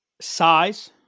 size